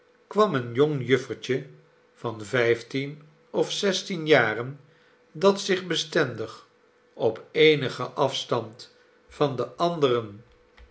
kwam een jong juffertje van vijftien of zestien jaren dat zich bestendig op eenigen afstand van de anderen